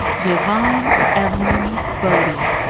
dyvonne evelyn body.